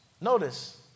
notice